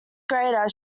greater